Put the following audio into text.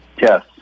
Yes